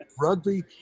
Rugby